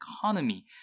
economy